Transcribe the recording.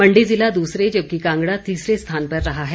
मण्डी ज़िला दूसरे जबकि कांगड़ा तीसरे स्थान पर रहा है